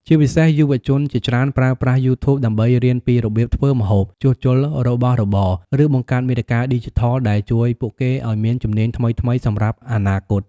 ជាពិសេសយុវជនជាច្រើនប្រើប្រាស់ យូធូប ដើម្បីរៀនពីរបៀបធ្វើម្ហូប ជួសជុលរបស់របរ ឬបង្កើតមាតិកាឌីជីថល ដែលជួយពួកគេឲ្យមានជំនាញថ្មីៗសម្រាប់អនាគត។